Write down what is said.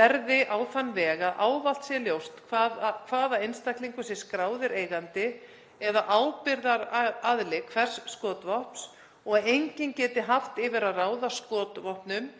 verði á þann veg að ávallt sé ljóst hvaða einstaklingur sé skráður eigandi eða ábyrgðaraðili hvers skotvopns og að enginn geti haft yfir að ráða skotvopnum